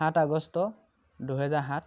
সাত আগষ্ট দুহেজাৰ সাত